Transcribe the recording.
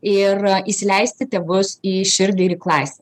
ir įsileisti tėvus į širdį ir į klasę